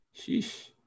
Sheesh